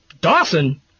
Dawson